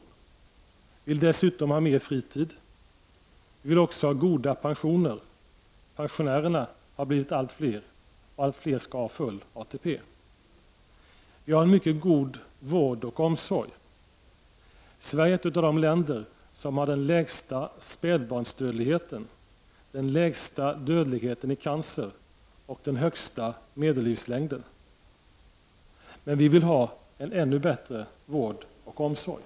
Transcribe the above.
Vi vill dessutom ha mer fritid. Vi vill också ha goda pensioner. Pensionärerna har blivit fler och och allt fler skall ha full ATP. Vi har en mycket god vård och omsorg. Sverige är ett av de länder som har den lägsta spädbarnsdödligheten, den lägsta dödligheten i cancer och den högsta medellivslängden. Men vi vill ha en ännu bättre vård och omsorg.